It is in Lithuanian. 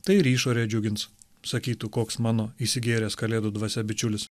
tai ir išorė džiugins sakytų koks mano įsigėręs kalėdų dvasia bičiulis